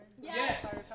Yes